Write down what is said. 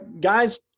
guys